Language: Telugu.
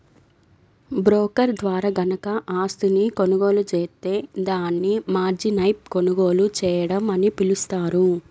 బ్రోకర్ ద్వారా గనక ఆస్తిని కొనుగోలు జేత్తే దాన్ని మార్జిన్పై కొనుగోలు చేయడం అని పిలుస్తారు